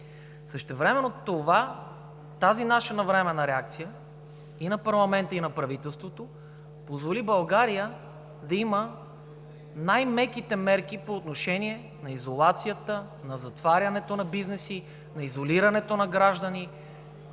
Същевременно тази наша навременна реакция – и на парламента, и на правителството, позволи България да има най-меките мерки по отношение на изолацията, на затварянето на бизнеси, на изолирането на граждани